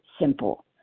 simple